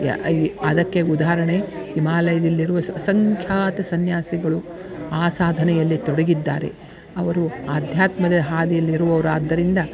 ಯಾ ಈ ಅದಕ್ಕೆ ಉದಾಹರಣೆ ಹಿಮಾಲಯ್ದಲ್ಲಿರುವ ಸ ಅಸಂಖ್ಯಾತ ಸನ್ಯಾಸಿಗಳು ಆ ಸಾಧನೆಯಲ್ಲಿ ತೊಡಗಿದ್ದಾರೆ ಅವರು ಆಧ್ಯಾತ್ಮದ ಹಾದಿಯಲ್ಲಿ ಇರುವವರಾದ್ದರಿಂದ